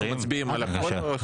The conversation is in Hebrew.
אנחנו מצביעים על הכול?